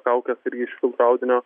kaukės irgi iš filtro audinio